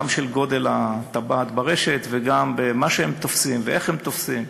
גם של גודל הטבעת ברשת וגם במה שהם תופסים ואיך הם תופסים.